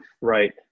Right